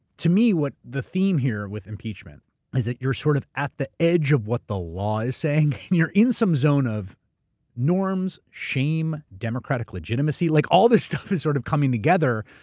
to me, what the theme here with impeachment is that you're sort of at the edge of what the law is saying. you're in some zone of norms, shame, democratic legitimacy, like all this stuff is sort of coming together.